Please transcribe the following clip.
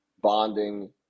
bonding